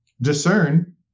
discern